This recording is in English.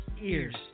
ears